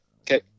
Okay